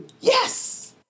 Yes